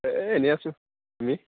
এই এনেই আছোঁ তুমি